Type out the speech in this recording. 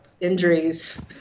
injuries